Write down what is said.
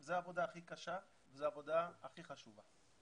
זו העבודה הכי קשה וזו העבודה הכי חשובה.